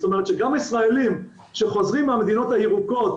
זאת אומרת שגם ישראלים שחוזרים מהמדינות הירוקות,